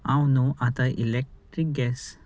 हांव न्हू आतां इलेक्ट्रीक गॅस